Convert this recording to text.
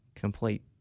complete